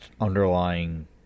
underlying